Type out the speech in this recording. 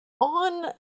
on